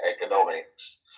economics